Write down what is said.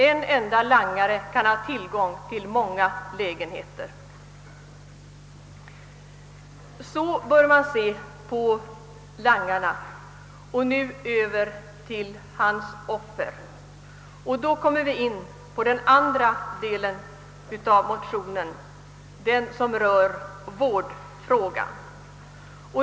En enda langare kan ha tillgång till många lägenheter. Så bör man se på langaren, Och nu över till hans offer, och då kommer vi in på den andra delen av motionen — den som rör vårdfrågan.